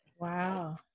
Wow